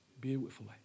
beautifully